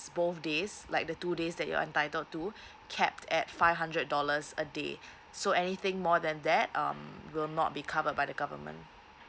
both days like the two days that you are entitled to capped at five hundred dollars a day so anything more than that um will not be covered by the government